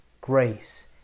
grace